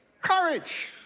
Courage